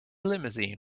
limousine